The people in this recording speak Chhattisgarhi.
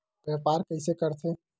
व्यापार कइसे करथे?